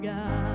God